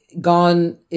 gone